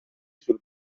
sul